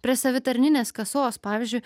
prie savitarninės kasos pavyzdžiui